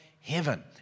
heaven